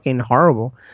horrible